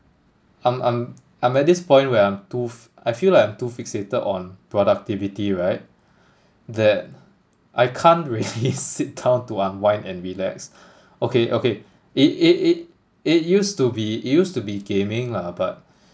I'm I'm I'm at this point where I'm too fi~ I feel like I'm too fixated on productivity right that I can't really sit down to unwind and relax okay okay it it it it used to be it used to be gaming lah but